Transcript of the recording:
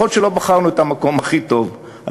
יכול להיות שלא בחרנו את המקום הכי טוב,